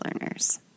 learners